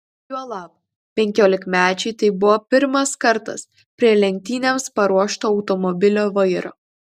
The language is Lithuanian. juolab penkiolikmečiui tai buvo pirmas kartas prie lenktynėms paruošto automobilio vairo